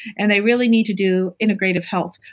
and they really need to do integrative health.